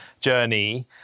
journey